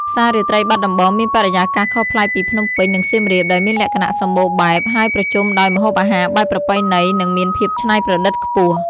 ផ្សាររាត្រីបាត់ដំបងមានបរិយាកាសខុសប្លែកពីភ្នំពេញ និងសៀមរាប ដោយមានលក្ខណៈសម្បូរបែប ហើយប្រជុំដោយម្ហូបអាហារបែបប្រពៃណី និងមានភាពច្នៃប្រឌិតខ្ពស់។